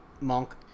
Monk